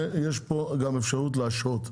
שיש פה גם אפשרות להשהות.